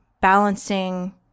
balancing